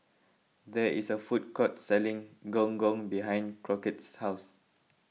there is a food court selling Gong Gong behind Crockett's house